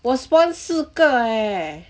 我 spawn 四个 eh